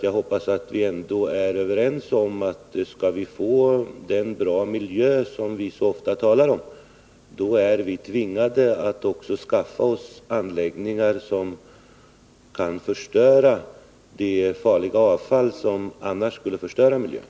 Jag hoppas att vi ändå är överens om att skall vi få den goda miljö som vi så ofta talar om, är vi tvungna att också skaffa anläggningar som kan förstöra det farliga avfallet — det skulle annars förstöra miljön.